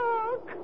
Look